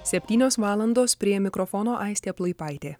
septynios valandos prie mikrofono aistė plaipaitė